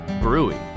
Brewing